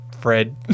fred